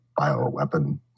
bioweapon